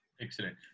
Excellent